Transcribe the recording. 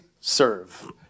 serve